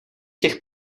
těch